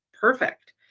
perfect